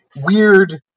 weird